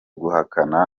guhakana